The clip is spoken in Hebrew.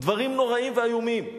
דברים נוראים ואיומים.